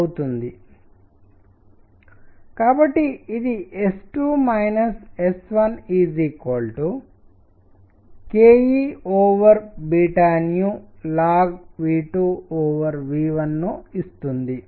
కాబట్టి ఇది S2 S1kEln V2V1 ను ఇస్తుంది